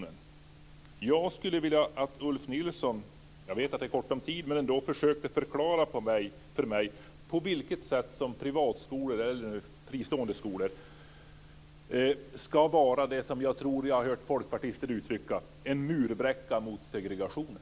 Jag skulle vilja att Ulf Nilsson - jag vet att det är kort om tid - försöker förklara för mig på vilket sätt som privata skolor, fristående skolor, ska vara det som jag tror att folkpartister kallar en murbräcka mot segregationen.